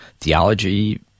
theology